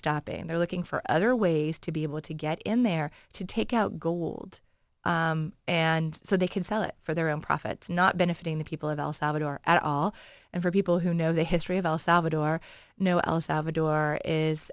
stopping and they're looking for other ways to be able to get in there to take out gold and so they can sell it for their own profits not benefiting the people of el salvador at all and for people who know the history of el salvador know el salvador is